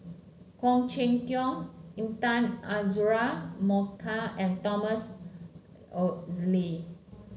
Khoo Cheng Tiong Intan Azura Mokhtar and Thomas